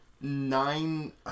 Nine